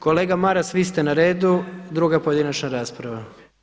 Kolega Maras, vi ste na redu, druga pojedinačna rasprava.